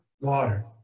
water